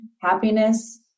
happiness